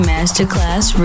Masterclass